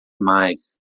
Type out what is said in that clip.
mais